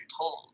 told